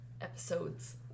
episodes